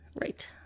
Right